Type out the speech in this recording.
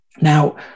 Now